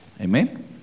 Amen